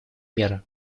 меры